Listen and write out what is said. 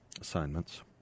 assignments